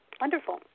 wonderful